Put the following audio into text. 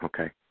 Okay